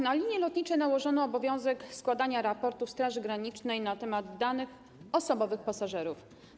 Na linie lotnicze nałożono obowiązek składania raportów Straży Granicznej na temat danych osobowych pasażerów.